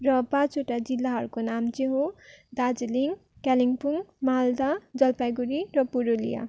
र पाँचवटा जिल्लाहरूको नाम चाहिँ हो दार्जिलिङ कालिम्पोङ मालदा जलपाइगुडी र पुरुलिया